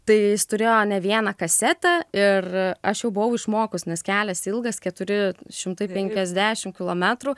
tai jis turėjo ne vieną kasetę ir aš jau buvau išmokus nes kelias ilgas keturi šimtai penkiasdešimt kilometrų